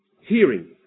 Hearing